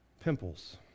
pimples